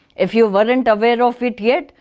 if you weren't aware of it yet,